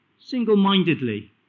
single-mindedly